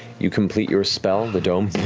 you complete your spell, the dome